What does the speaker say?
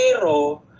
pero